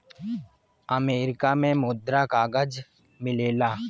America में मुद्रक कागज मिलेला